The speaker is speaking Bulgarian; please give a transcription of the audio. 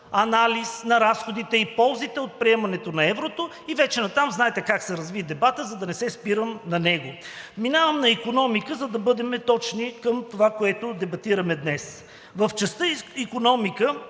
анализ на разходите и ползите от приемането на еврото.“ Нататък знаете как се разви дебатът, за да не се спирам на него. Минавам на икономика, за да бъдем точни към това, което дебатираме днес. В частта „Икономика“